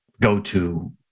go-to